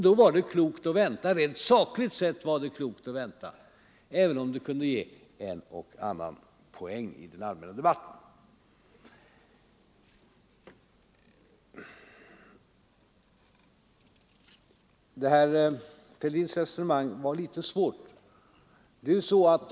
Då var det rent sakligt sett klokt att vänta, även om det kunde ge oppositionen en och annan poäng i den allmänna debatten. Herr Fälldins resonemang var litet svårt.